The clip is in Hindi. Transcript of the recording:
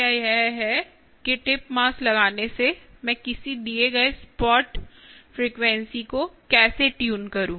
समस्या यह है कि टिप मास लगाने से मैं किसी दिए गए स्पॉट फ़्रीक्वेंसी को कैसे ट्यून करूं